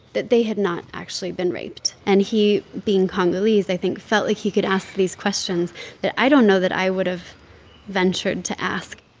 that they had not actually been raped. and he, being congolese, i think, felt like he could ask these questions that i don't know that i would've ventured to ask